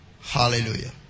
Hallelujah